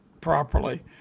properly